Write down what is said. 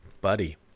Buddy